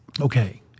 Okay